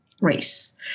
Race